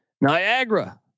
Niagara